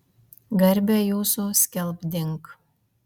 garbę jūsų skelbdink